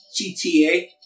GTA